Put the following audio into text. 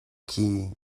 khi